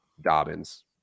Dobbins